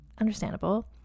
understandable